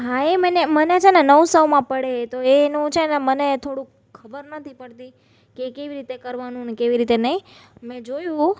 હા એ મને મને છે ને નવસોમાં પડે છે તો એનું છે ને મને થોડુંક ખબર નથી પડતી કે કેવી રીતે કરવાનું ને કેવી રીતે નહીં મેં જોયું